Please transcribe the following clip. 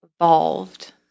evolved—